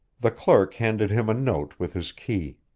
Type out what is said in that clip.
the clerk handed him a note with his key.